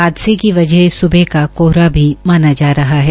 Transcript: हादसे की वजह सुबह का कोहरा भी माना जा रहा है